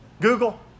Google